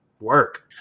work